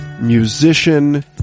musician